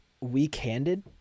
weak-handed